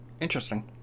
Interesting